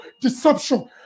deception